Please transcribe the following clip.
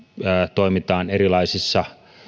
toimitaan erilaisissa